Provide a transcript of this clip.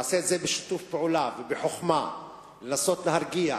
אנחנו נעשה את זה בשיתוף פעולה ובחוכמה לנסות להרגיע,